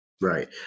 Right